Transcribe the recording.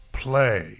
play